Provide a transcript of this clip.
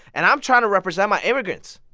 and i'm trying to represent my immigrants,